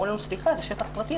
אמרו לנו: זה שטח פרטי,